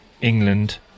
England